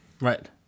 Right